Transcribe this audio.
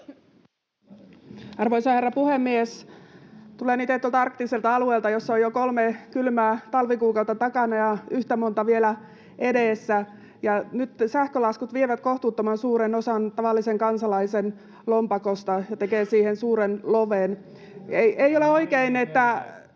Arvoisa herra puhemies! Tulen itse tuolta arktiselta alueelta, jossa on jo kolme kylmää talvikuukautta takana ja yhtä monta vielä edessä, ja nyt sähkölaskut vievät kohtuuttoman suuren osan tavallisen kansalaisen lompakosta ja tekevät siihen suuren loven. Ei ole oikein, että